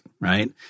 right